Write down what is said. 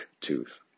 Tooth